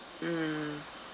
mm